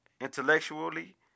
intellectually